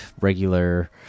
regular